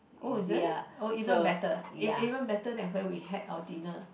oh is it oh even better ah even better than where we had our dinner